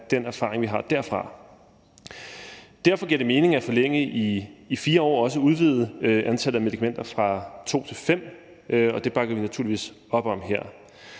den erfaring, vi har derfra. Derfor giver det mening at forlænge det i 4 år og også at udvide antallet af medikamenter fra to til fem. Det bakker vi naturligvis op om.